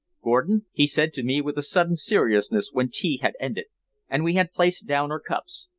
gordon, he said to me with a sudden seriousness when tea had ended and we had placed down our cups.